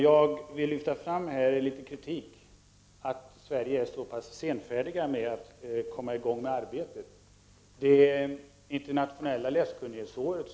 Jag vill här framföra kritik mot att vi i Sverige är så senfärdiga med att komma i gång med arbetet med det internationella läskunnighetsåret.